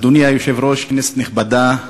אדוני היושב-ראש, כנסת נכבדה,